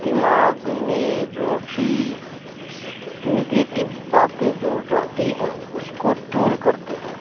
दिमाग़ में जो भी निगेटिव बातें जो रहती हैं उसको दूर करते हैं